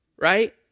right